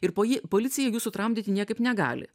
ir poji policija jų sutramdyt niekaip negali